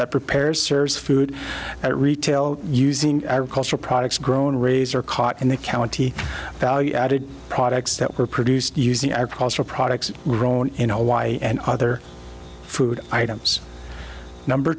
that prepares serves food at retail using cultural products grown razor caught in the county value added products that were produced using agricultural products rone in hawaii and other food items number